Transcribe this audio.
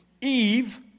Eve